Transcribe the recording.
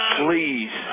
please